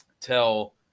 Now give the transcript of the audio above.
tell